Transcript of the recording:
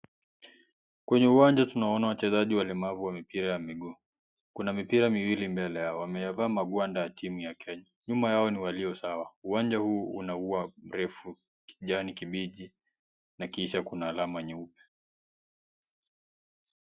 Kwenye uwanja tunaona wachezaji walemavu wa mipira wa miguu kuna mipira miwili mbele yao wameyavaa magwanda ya timu ya kenya, nyuma yao ni walio sawa uwanja huu una ua mrefu, kijani kibichi na kisha kuna alama nyeupe.